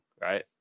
Right